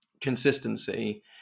consistency